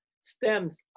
stems